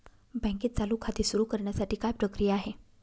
बँकेत चालू खाते सुरु करण्यासाठी काय प्रक्रिया आहे?